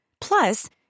Plus